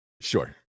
sure